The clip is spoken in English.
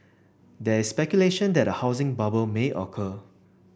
there is speculation that a housing bubble may occur